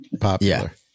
popular